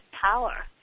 power